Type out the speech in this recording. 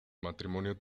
matrimonio